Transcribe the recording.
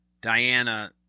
Diana